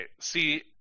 see